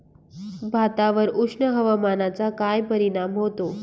भातावर उष्ण हवामानाचा काय परिणाम होतो?